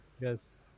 yes